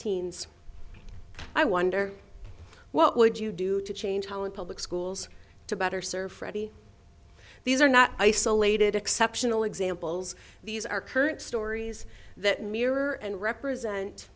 teens i wonder what would you do to change how in public schools to better serve freddy these are not isolated exceptional examples these are current stories that mirror and represent